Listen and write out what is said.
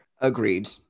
agreed